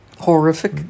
horrific